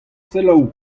selaou